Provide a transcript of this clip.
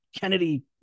Kennedy